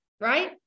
right